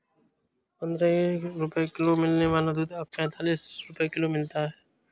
पंद्रह रुपए किलो मिलने वाला दूध अब पैंतालीस रुपए किलो मिलता है